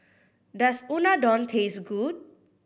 does Unadon taste good